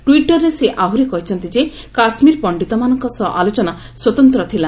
ଟ୍ୱିଟ୍ରରେ ସେ ଆହୁରି କହିଛନ୍ତି ଯେ କାଶ୍ମୀର ପଷ୍ଠିତମାନଙ୍କ ସହ ଆଲୋଚନା ସ୍ୱତନ୍ତ୍ର ଥିଲା